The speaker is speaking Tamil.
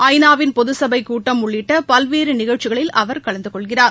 ஐ நா வின் பொதுச்சபைக் கூட்டம் உள்ளிட்ட பல்வேறு நிகழ்ச்சிகளில் அவர் கலந்து கொள்கிறார்